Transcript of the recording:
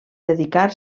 dedicar